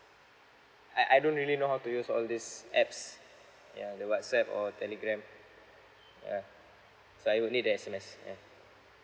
I I don't really know how to use all these apps ya the whatsapp or telegram yeah so I would need the S_M_S yeah